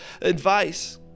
advice